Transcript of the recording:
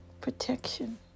protection